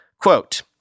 Quote